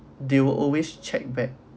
they will always check back